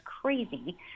crazy